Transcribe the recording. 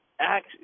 act –